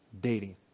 dating